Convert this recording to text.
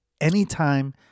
Anytime